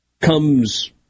comes